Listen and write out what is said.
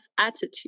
attitude